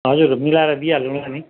हजुर मिलाएर दि हालौँला नि